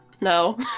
No